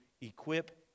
equip